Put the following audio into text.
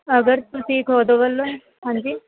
ਅਗਰ ਤੁਸੀਂ ਖੁਦ ਵੱਲੋਂ ਹੀ ਹਾਂਜੀ